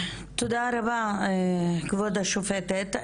תודה רבה, כבוד השופטת.